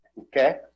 Okay